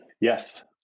Yes